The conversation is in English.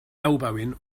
elbowing